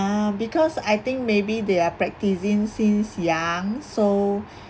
ah because I think maybe they are practising since young so